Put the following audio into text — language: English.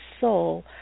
soul